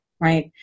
right